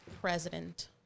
president